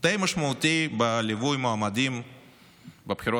די משמעותי בליווי מועמדים בבחירות